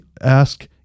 ask